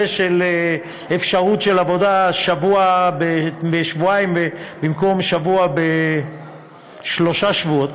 של אפשרות של עבודה שבוע בשבועיים במקום שבוע בשלושה שבועות.